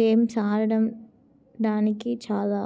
games ఆడడం దానికి చాలా